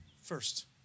first